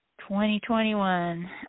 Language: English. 2021